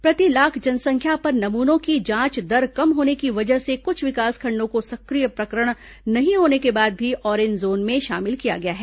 प्रति लाख जनसंख्या पर नमूनों की जांच दर कम होने की वजह से कुछ विकासखंडों को सक्रिय प्रकरण नहीं होने के बाद भी अॅरेंज जोन में शामिल किया गया है